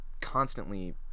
constantly